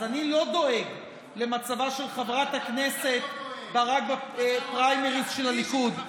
אז אני לא דואג למצבה של חברת הכנסת ברק בפריימריז של הליכוד.